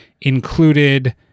included